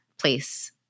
place